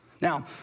Now